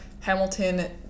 Hamilton